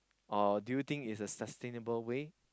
or do you think it's a sustainable way